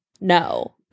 No